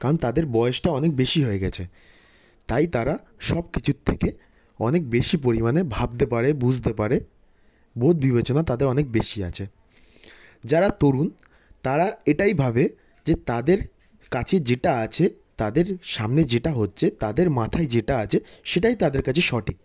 কারণ তাদের বয়সটা অনেক বেশি হয়ে গেছে তাই তারা সব কিছুর থেকে অনেক বেশি পরিমাণে ভাবতে পারে বুঝতে পারে বোধ বিবেচনা তাদের অনেক বেশি আছে যারা তরুণ তারা এটাই ভাবে যে তাদের কাছে যেটা আছে তাদের সামনে যেটা হচ্ছে তাদের মাথায় যেটা আছে সেটাই তাদের কাছে সঠিক